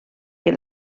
que